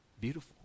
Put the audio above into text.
beautiful